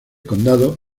condado